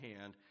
hand